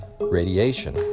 radiation